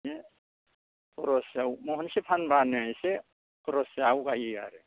खरसाव महनसे फानब्लानो एसे खरस आवगायो आरो